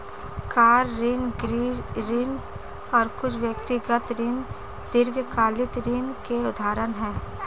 car ऋण, गृह ऋण और कुछ व्यक्तिगत ऋण दीर्घकालिक ऋण के उदाहरण हैं